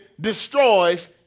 destroys